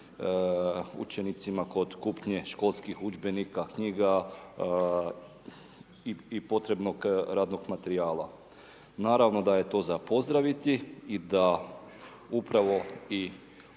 učenicima, kod kupnje školskih udžbenika, knjiga i potrebnog radnog materijala. Naravno da je to za pozdraviti i da upravo ova